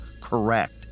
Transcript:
correct